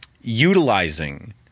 utilizing